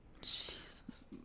Jesus